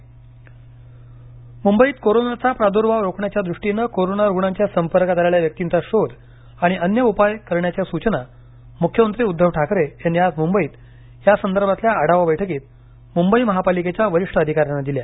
Mumbai covid मुंबईत कोरोनाचा प्राद्भाव रोखण्याच्या दृष्टीने कोरोना रुग्णांच्या संपर्कात आलेल्या व्यक्तींचा शोध आणि अन्य उपाय करण्याच्या सूचना मुख्यमंत्री उद्दव ठाकरे यांनी आज मुंबईत यासंदर्भातील आढावा बैठकीत मुंबई महापालिकेच्या वरिष्ठ अधिकाऱ्यांना दिल्या